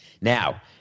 Now